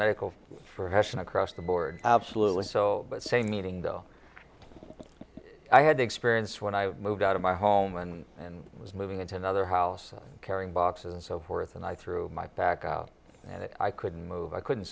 medical for hessian across the board absolutely so but same meeting though i had experience when i moved out of my home and was moving into another house carrying boxes and so forth and i threw my back out and i couldn't move i couldn't